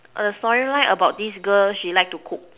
storyline about this girl she like to cook